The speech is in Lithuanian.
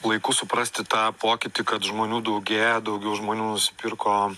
laiku suprasti tą pokytį kad žmonių daugėja daugiau žmonių nusipirko